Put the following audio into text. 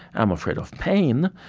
i'm afraid of pain,